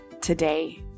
today